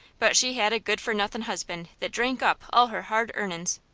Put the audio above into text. but she had a good-for-nothin' husband that drank up all her hard earnin's.